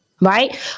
Right